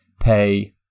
pay